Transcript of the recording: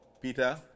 Peter